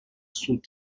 sous